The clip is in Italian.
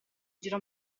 gira